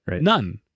None